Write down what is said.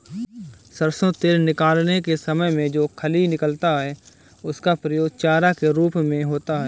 सरसों तेल निकालने के समय में जो खली निकलता है उसका प्रयोग चारा के रूप में होता है